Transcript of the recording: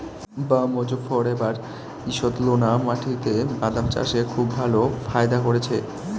বাঃ মোজফ্ফর এবার ঈষৎলোনা মাটিতে বাদাম চাষে খুব ভালো ফায়দা করেছে